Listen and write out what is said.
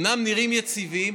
אומנם נראים יציבים,